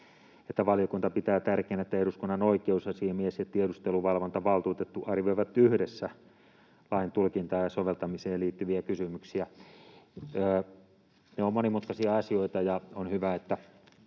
että valiokunta pitää tärkeänä, että eduskunnan oikeusasiamies ja tiedusteluvalvontavaltuutettu arvioivat yhdessä lain tulkintaan ja soveltamiseen liittyviä kysymyksiä. Ne ovat monimutkaisia asioita, ja on hyvä, että